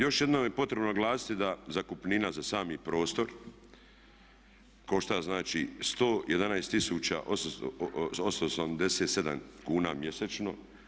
Još jednom je potrebno naglasiti da zakupnina za sami prostor košta znači 111 887 kuna mjesečno.